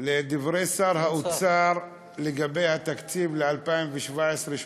לדברי שר האוצר לגבי התקציב ל-2018-2017.